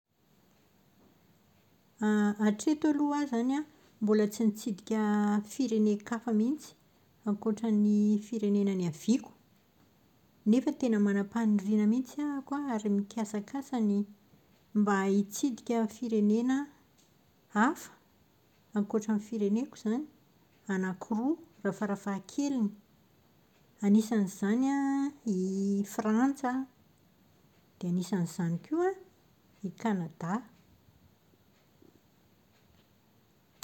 Hatreto aloha aho izany an, mbola tsy nitsidika firenen-kafa mihitsy ankoatran'ny firenena niaviako. Nefa tena manam-paniriana mihitsy ahako an, ary mikasakasa ny mba hitsidika ny firenena hafa, ankoatran'ny fireneko izany, anaky roa raha farafahakeliny, anisan'izany an i Frantsa dia anisan'izany koa i Kanada.